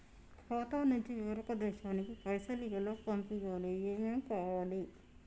ఖాతా నుంచి వేరొక దేశానికి పైసలు ఎలా పంపియ్యాలి? ఏమేం కావాలి?